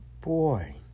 boy